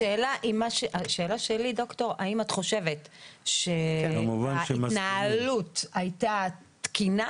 השאלה שלי היא האם את חושבת שההתנהלות הייתה תקינה